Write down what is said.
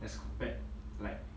as compared like